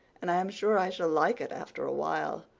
and i am sure i shall like it after a while.